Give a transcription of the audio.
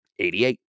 88